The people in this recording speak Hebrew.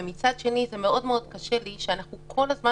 ומצד שני מאוד מאוד קשה לי שאנחנו כל הזמן,